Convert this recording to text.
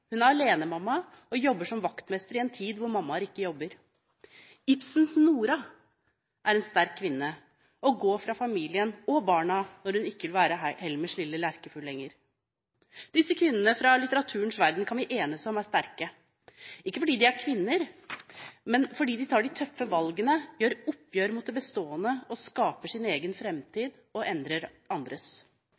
Hun er alenemamma og jobber som vaktmester i en tid hvor mammaer ikke jobber. Ibsens Nora er en sterk kvinne og går fra familien og barna når hun ikke vil være Helmers lille lerkefugl lenger. Disse kvinnene fra litteraturens verden kan vi enes om er sterke, ikke fordi de er kvinner, men fordi de tar de tøffe valgene – tar oppgjør med det bestående, skaper sin egen framtid og endrer andres.